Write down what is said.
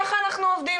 ככה אנחנו עובדים,